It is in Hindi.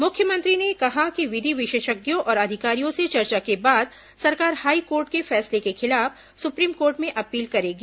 मुख्यमंत्री ने कहा कि विधि विशेषज्ञों और अधिकारियों से चर्चा के बाद सरकार हाईकोर्ट के फैसले के खिलाफ सुप्रीम कोर्ट में अपील करेगी